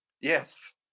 Yes